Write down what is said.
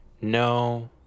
No